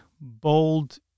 bold